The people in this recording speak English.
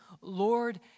Lord